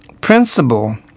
principle